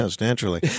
naturally